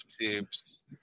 tips